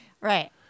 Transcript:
right